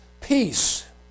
Peace